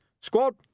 Squad